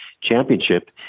championship